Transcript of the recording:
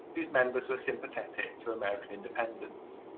whose members were sympathetic to american independence.